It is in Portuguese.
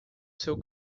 seu